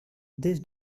this